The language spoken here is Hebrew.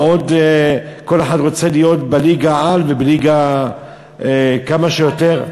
כל אחד רוצה להיות בליגת-על ובליגה כמה שיותר,